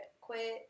quit